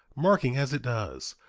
marking, as it does,